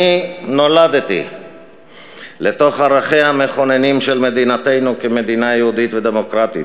אני נולדתי לתוך ערכיה המכוננים של מדינתנו כמדינה יהודית ודמוקרטית,